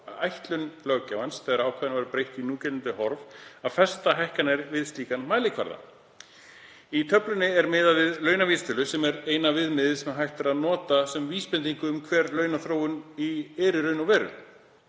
ætlun löggjafans, þegar ákvæðinu var breytt í núgildandi horf, að festa hækkanir við slíkan mælikvarða. Í töflunni er miðað við launavísitölu sem eina viðmiðið sem hægt er að nota sem vísbendingu um hver „launaþróun“ var í raun og veru.